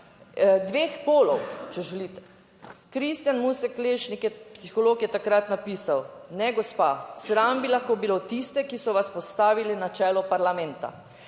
dveh polov, če želite. Kristjan Musek Lešnik, psiholog, je takrat napisal: Ne, gospa, sram bi lahko bilo tiste, ki so vas postavili na čelo parlamenta.